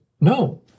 No